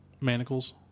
Manacles